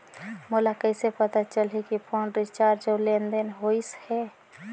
मोला कइसे पता चलही की फोन रिचार्ज और लेनदेन होइस हे?